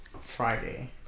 Friday